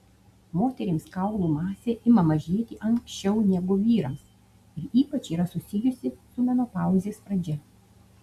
moterims kaulų masė ima mažėti anksčiau negu vyrams ir ypač yra susijusi su menopauzės pradžia